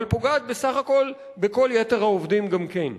אבל פוגעת בסך הכול בכל יתר העובדים גם כן.